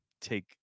take